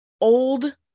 old